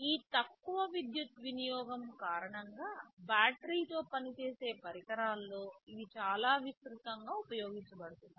ఈ తక్కువ విద్యుత్ వినియోగం కారణంగా బ్యాటరీతో పనిచేసే పరికరాల్లో ఇవి చాలా విస్తృతంగా ఉపయోగించబడుతున్నాయి